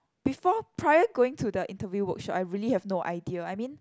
before prior going to the interview workshop I really have no idea I mean